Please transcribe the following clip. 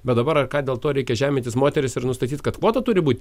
bet dabar ar ką dėl to reikia žemintis moterys ir nustatyt kad kvota turi būt